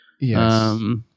Yes